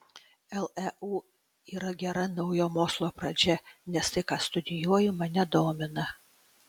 leu yra gera naujo mokslo pradžia nes tai ką studijuoju mane domina